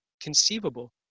conceivable